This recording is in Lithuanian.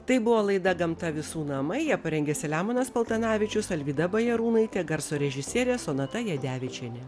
tai buvo laida gamta visų namai ją parengė selemonas paltanavičius alvyda bajarūnaitė garso režisierė sonata jadevičienė